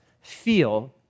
feel